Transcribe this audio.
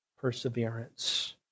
perseverance